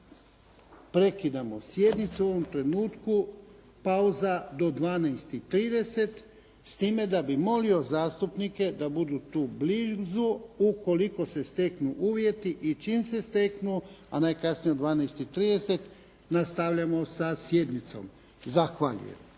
prekidamo sjednicu u ovom trenutku. Pauza do 12,30 s time da bih molio zastupnike da budu tu blizu. Ukoliko se steknu uvjeti i čim se steknu, a najkasnije u 12,30 nastavljamo sa sjednicom. Zahvaljujem.